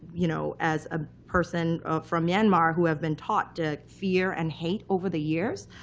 you know as a person from myanmar, who have been taught to fear and hate over the years,